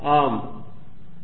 நேரம் 0924 ஐப் பார்க்கவும்